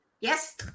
yes